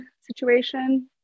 situation